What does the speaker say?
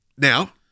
Now